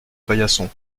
paillasson